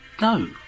No